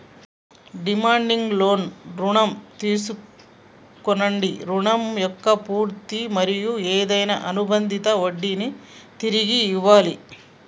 demand లోన్లు రుణం తీసుకొన్నోడి రుణం మొక్క పూర్తి మరియు ఏదైనా అనుబందిత వడ్డినీ తిరిగి ఇయ్యాలి